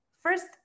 first